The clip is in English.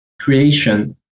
creation